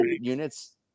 units